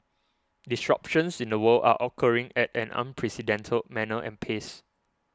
disruptions in the world are occurring at an unprecedented manner and pace